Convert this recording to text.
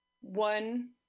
one